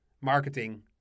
marketing